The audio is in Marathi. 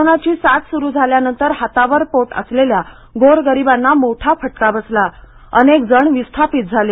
कोरोनाची साथ सुरू झाल्यानंतर हातावर पोट असलेल्या गोरगरिबांना मोठा फटका बसला अनेक जण विस्थापित झाले